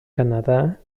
canadá